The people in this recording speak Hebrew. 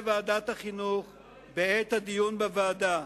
החינוך בעת הדיון בוועדה